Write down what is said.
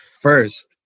first